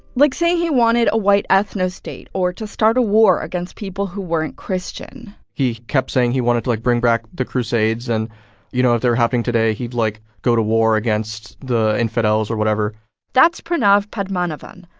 like saying he wanted a white ethno-state or to start a war against people who weren't christian he kept saying he wanted to, like, bring back the crusades. and you know, if they were, like, happening today, he'd, like, go to war against the infidels or whatever that's pranav padmanabhan.